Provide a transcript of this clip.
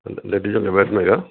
لیڈزوں کے بیٹھنے کا